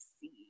see